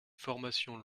formations